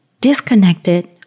disconnected